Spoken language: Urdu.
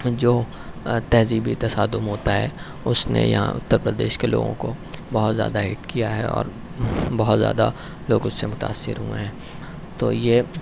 جو تہذیبی تصادم ہوتا ہے اس نے یہاں اتر پردیش کے لوگوں کو بہت زیادہ ہیٹ کیا ہے اور بہت زیادہ لوگ اس سے متأثر ہوئے ہیں تو یہ